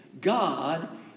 God